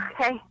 Okay